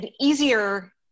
easier